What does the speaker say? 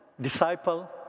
disciple